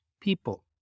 people